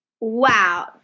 Wow